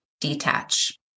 detach